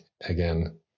again